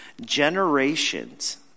generations